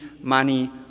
money